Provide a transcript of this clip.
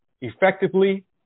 effectively